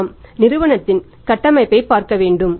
நாம் நிறுவனத்தின் கட்டமைப்பை பார்க்க வேண்டும்